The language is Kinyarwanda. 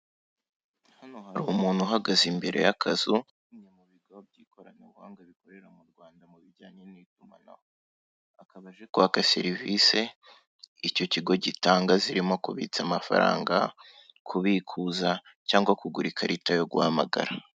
Hano hari umuntu uhagaze imbere y'akazu ka kimwe mu bigo by'ikoranabuhanga bikorera mu Rwanda mu bijyanye n'itumanaho. Akaba aje kwaka serivise icyo kigo gitanga, zirimo kubitsa amafaranga, kubikuza cyangwa kugura ikarita yo guhamagara.